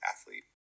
athlete